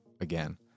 again